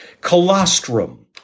Colostrum